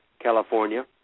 California